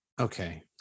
Okay